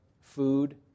food